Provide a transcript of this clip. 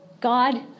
God